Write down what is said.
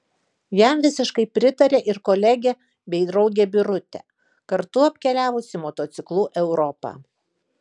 jam visiškai pritarė ir kolegė bei draugė birutė kartu apkeliavusi motociklu europą